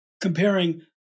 comparing